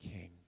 king